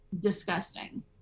disgusting